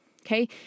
Okay